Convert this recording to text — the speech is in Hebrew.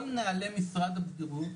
כל מנהלי משרד הבריאות,